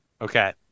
Okay